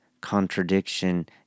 contradiction